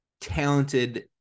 talented